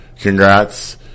Congrats